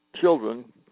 children